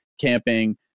camping